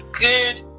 good